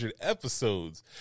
episodes